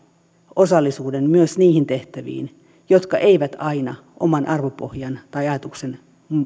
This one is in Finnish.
osallisuuden myös niihin tehtäviin jotka eivät aina oman arvopohjan tai ajatuksen